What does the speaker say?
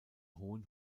hohen